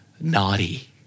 Naughty